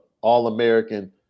all-American